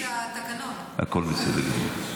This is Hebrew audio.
הכול בסדר גמור.